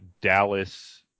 Dallas